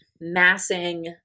massing